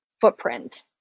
footprint